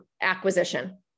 acquisition